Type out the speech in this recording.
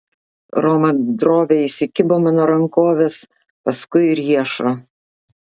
roma droviai įsikibo mano rankovės paskui riešo